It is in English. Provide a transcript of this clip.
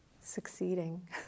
Succeeding